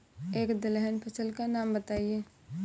एक दलहन फसल का नाम बताइये